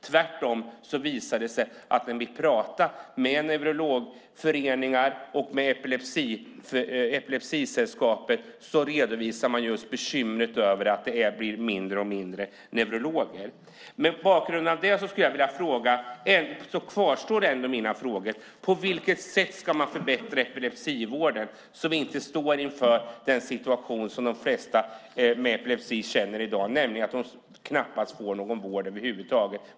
Tvärtom visar det sig när vi pratar med neurologföreningar och Epilepsisällskapet att de redovisar bekymret med att det blir färre och färre neurologer. Mot bakgrund av detta kvarstår mina frågor. På vilket sätt ska man förbättra epilepsivården så att vi inte står inför den situation som de flesta med epilepsi känner i dag? De får nämligen knappast någon vård över huvud taget.